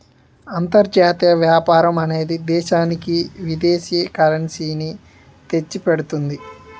అంతర్జాతీయ వ్యాపారం అనేది దేశానికి విదేశీ కరెన్సీ ని తెచ్చిపెడుతుంది